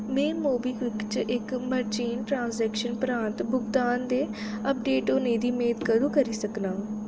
में मोबीक्विक च इक मर्चेंट ट्रांज़ैक्शन परैंत्त भुगतान दे अपडेट होने दी मेद कदूं करी सकनां